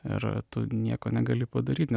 ir tu nieko negali padaryt nes